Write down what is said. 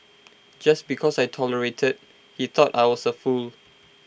just because I tolerated he thought I was A fool